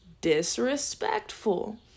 disrespectful